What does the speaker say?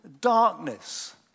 darkness